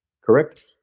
correct